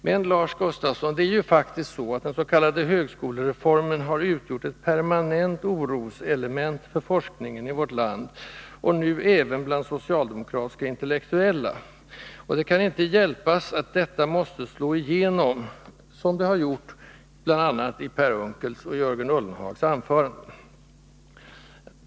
Men, Lars Gustafsson, det är faktiskt så att den s.k. högskolereformen har utgjort ett permanent oroselement för forskningen i vårt land och nu även gör det för socialdemokratiska intellektuella. Det kan inte hjälpas att detta måste slå igenom i debatten, och det har det gjort bl.a. i Per Unckels och Jörgen Ullenhags anföranden.